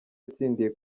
yatsindiye